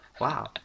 Wow